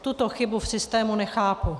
Tuto chybu v systému nechápu.